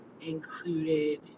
included